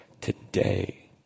today